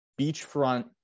beachfront